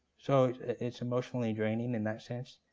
so it's emotionally draining in that sense.